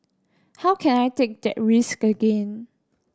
how can I take that risk again